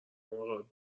مراقب